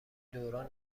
دوران